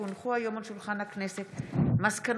כי הונחו היום על שולחן הכנסת מסקנות